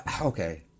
okay